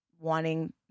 wanting